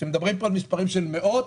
כשמדברים פה על מספרים של מאות,